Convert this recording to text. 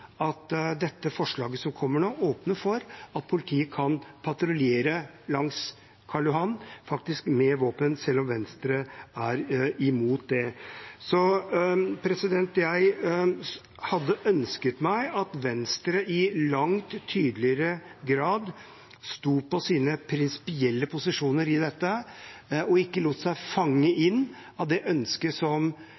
at dette forslaget som kommer nå, åpner for at politiet kan patruljere langs Karl Johan med våpen, selv om Venstre er imot det. Jeg hadde ønsket meg at Venstre i langt tydeligere grad sto på sine prinsipielle posisjoner i dette og ikke lot seg fange